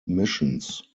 missions